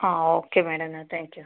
ആ okay madam എന്നാൽ thank you